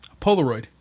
Polaroid